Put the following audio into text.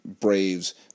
Braves